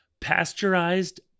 pasteurized